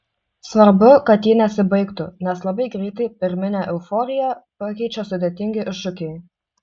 svarbu kad ji nesibaigtų nes labai greitai pirminę euforiją pakeičia sudėtingi iššūkiai